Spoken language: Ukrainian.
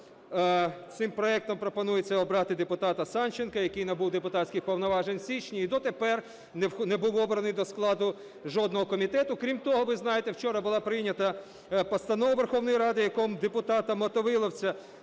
цим проектом пропонується обрати депутата Санченка, який набув депутатських повноважень у січні і дотепер не був обраний до складу жодного комітету. Крім того, ви знаєте, вчора була прийнята постанова Верховної Ради, у якій депутата Мотовиловця